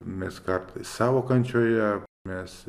mes kartais savo kančioje mes